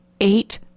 eight